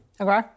Okay